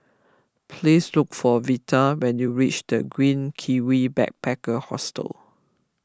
please look for Vita when you reach the Green Kiwi Backpacker Hostel